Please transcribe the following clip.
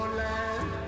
land